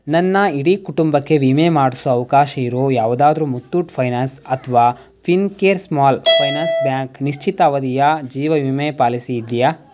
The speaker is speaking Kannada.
ನನ್ನ ಇಡೀ ಕುಟುಂಬಕ್ಕೆ ವಿಮೆ ಮಾಡಿಸೋ ಅವಕಾಶ ಇರೊ ಯಾವುದಾದ್ರೂ ಮುತ್ತೂಟ್ ಫೈನಾನ್ಸ್ ಅಥವಾ ಫಿನ್ಕೇರ್ ಸ್ಮಾಲ್ ಫೈನಾನ್ಸ್ ಬ್ಯಾಂಕ್ ನಿಶ್ಚಿತ ಅವಧಿಯ ಜೀವ ವಿಮೆ ಪಾಲಿಸಿ ಇದೆಯಾ